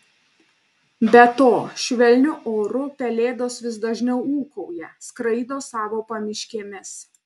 be to švelniu oru pelėdos vis dažniau ūkauja skraido savo pamiškėmis